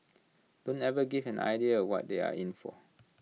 don't even give an idea what they are in for